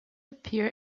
appear